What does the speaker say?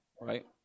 right